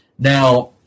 Now